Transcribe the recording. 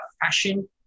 fashion